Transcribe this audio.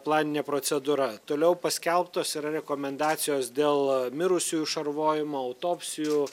planinė procedūra toliau paskelbtos yra rekomendacijos dėl mirusiųjų šarvojimo autopsijų